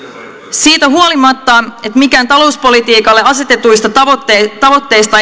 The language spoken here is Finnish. siitä huolimatta että mitään talouspolitiikalle asetetuista tavoitteista